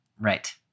Right